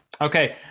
Okay